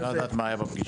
אני לא יודע מה היה בפגישה.